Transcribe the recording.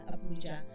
Abuja